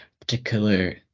particular